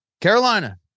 Carolina